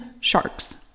Sharks